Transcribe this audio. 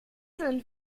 sind